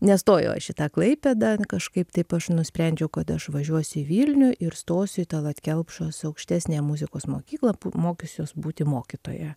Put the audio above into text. nestojau aš į tą klaipėdą kažkaip taip aš nusprendžiau kad aš važiuosiu į vilnių ir stosiu į tallat kelpšos aukštesniąją muzikos mokyklą mokysiuos būti mokytoja